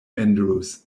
andrews